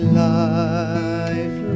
life